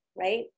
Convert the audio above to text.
Right